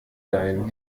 dein